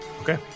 Okay